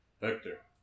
Hector